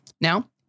Now